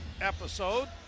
episode